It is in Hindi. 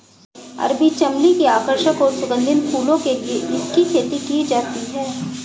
अरबी चमली की आकर्षक और सुगंधित फूलों के लिए इसकी खेती की जाती है